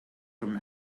from